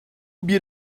bir